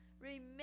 Remember